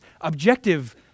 objective